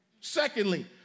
Secondly